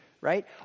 right